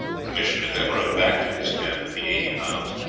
the commissioner then rode back to his camp with the eighty pounds,